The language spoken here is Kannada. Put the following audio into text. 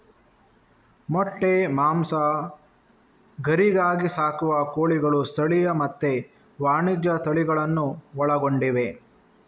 ಮೊಟ್ಟೆ, ಮಾಂಸ, ಗರಿಗಾಗಿ ಸಾಕುವ ಕೋಳಿಗಳು ಸ್ಥಳೀಯ ಮತ್ತೆ ವಾಣಿಜ್ಯ ತಳಿಗಳನ್ನೂ ಒಳಗೊಂಡಿವೆ